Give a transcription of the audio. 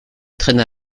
traînait